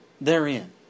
therein